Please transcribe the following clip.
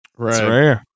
Right